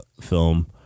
film